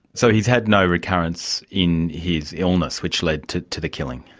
so he's had no recurrence in his illness which led to to the killing?